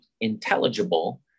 intelligible